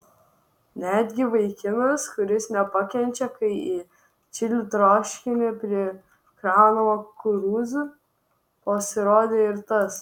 netgi vaikinas kuris nepakenčia kai į čili troškinį prikraunama kukurūzų pasirodė ir tas